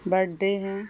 birthday ہے